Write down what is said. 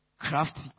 Crafty